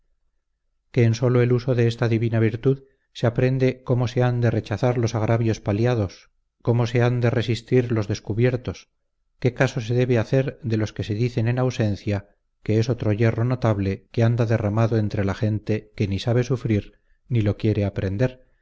en solo el uso de esta divina virtud se aprende cómo se han de rechazar los agravios paliados cómo se han de resistir los descubiertos qué caso se debe hacer de los que se dicen en ausencia que es otro yerro notable que anda derramado entre la gente que ni sabe sufrir ni lo quiere aprender